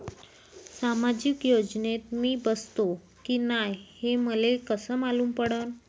सामाजिक योजनेत मी बसतो की नाय हे मले कस मालूम पडन?